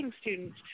students